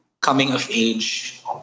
coming-of-age